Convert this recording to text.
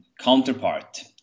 counterpart